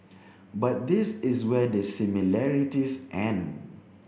but this is where the similarities end